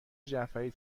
جعفری